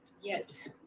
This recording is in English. yes